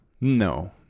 No